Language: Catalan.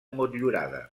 motllurada